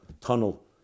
tunnel